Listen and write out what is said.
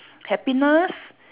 happiness